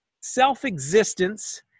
self-existence